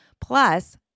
plus